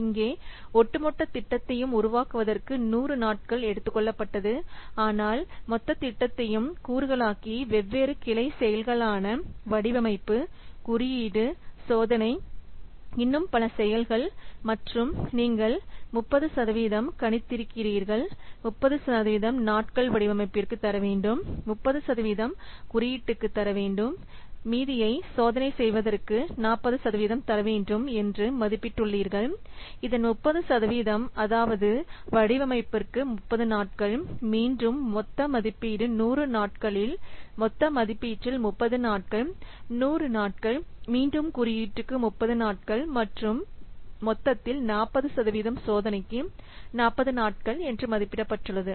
இங்கே ஒட்டுமொத்த திட்டத்தையும் உருவாக்குவதற்கு 100 நாட்கள் எடுத்துக்கொள்ளப்பட்டது ஆனால் மொத்த திட்டத்தையும் கூறுகளாக்கி வெவ்வேறு கிளை செயல்களான வடிவமைப்பு குறியீடு சோதனை இன்னும் பல செயல்கள் மற்றும் நீங்கள் 30 கணித்திருக்கிறார்கள் 30 நாட்கள் வடிவமைப்பிற்கு தரவேண்டும் 30 குறியீட்டுக்கு தரவேண்டும் மீதி சோதனை செய்வதற்கு 40 தரவேண்டும் என்று மதிப்பிட்டுள்ளீர்கள் இதன் 30 சதவிகிதம் அதாவது வடிவமைப்பிற்கு 30 நாட்கள் மீண்டும் மொத்த மதிப்பீடு 100 நாட்களில் மொத்த மதிப்பீட்டில் 30 நாட்கள் 100 நாட்கள் மீண்டும் குறியீட்டுக்கு 30 நாட்கள் மற்றும் மொத்தத்தில் 40 சதவிகிதம் சோதனைக்கு 40 நாட்கள் என்று மதிப்பிடப்பட்டுள்ளது